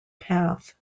path